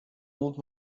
old